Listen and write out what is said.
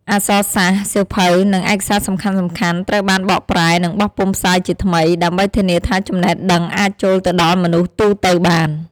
អក្សរសាស្ត្រ សៀវភៅ និងឯកសារសំខាន់ៗត្រូវបានបកប្រែ និងបោះពុម្ពផ្សាយជាថ្មី ដើម្បីធានាថាចំណេះដឹងអាចចូលទៅដល់មនុស្សទូទៅបាន។